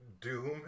Doom